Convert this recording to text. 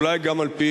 אולי גם על-פי,